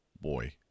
boy